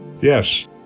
Yes